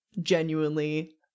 genuinely